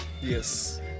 Yes